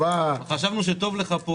חשבנו שטוב לך פה.